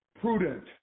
prudent